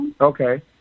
okay